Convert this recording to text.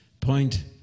Point